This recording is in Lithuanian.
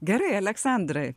gerai aleksandrai